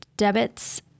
Debits